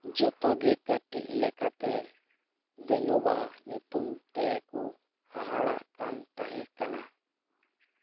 ᱡᱷᱚᱛᱚ ᱜᱮ ᱠᱟᱴᱤᱡ ᱞᱮᱠᱟᱛᱮ ᱵᱮᱱᱳᱵᱟ ᱧᱩᱛᱩᱢ ᱛᱮᱠᱚ ᱦᱟᱦᱟᱲᱟᱜ ᱠᱟᱱ ᱛᱟᱦᱮᱸ ᱠᱟᱱᱟ